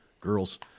girls